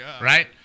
right